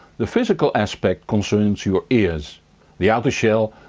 the physical aspect concerns your ears the outer shell,